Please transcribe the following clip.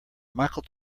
michael